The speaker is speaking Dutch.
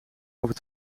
over